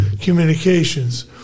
communications